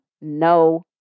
no